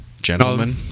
gentlemen